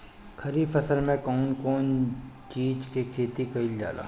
खरीफ फसल मे कउन कउन चीज के खेती कईल जाला?